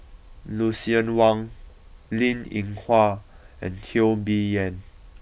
Lucien Wang Linn In Hua and Teo Bee Yen